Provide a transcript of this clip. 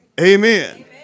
Amen